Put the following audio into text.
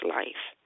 life